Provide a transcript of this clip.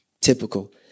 Typical